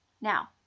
Now